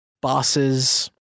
bosses